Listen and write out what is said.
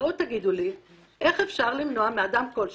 בואו תגידו לי איך אפשר למנוע מאדם כל שהוא,